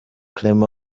clement